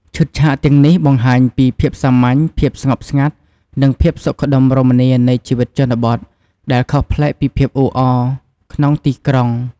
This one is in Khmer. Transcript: ឈុតឆាកទាំងនេះបង្ហាញពី ភាពសាមញ្ញ ភាពស្ងប់ស្ងាត់ និងភាពសុខដុមរមនា នៃជីវិតជនបទ ដែលខុសប្លែកពីភាពអ៊ូអរក្នុងទីក្រុង។